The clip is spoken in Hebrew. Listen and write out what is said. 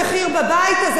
בחסותכם,